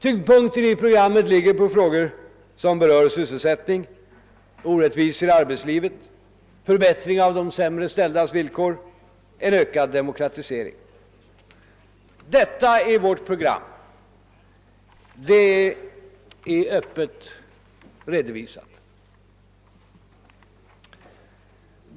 Tyngdpunkten i programmet ligger på frågor som berör sysselsättning, orättvisor i arbetslivet, förbättring av de sämre ställdas villkor och en ökad demokratisering. Detta är vårt program och det har öppet redovisats.